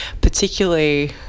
particularly